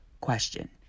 question